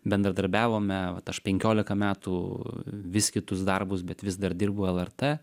bendradarbiavome vat aš penkiolika metų vis kitus darbus bet vis dar dirbu lrt